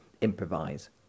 improvise